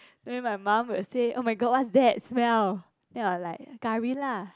then my mum will say oh-my-god what's that smell then I'll like curry lah